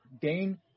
gain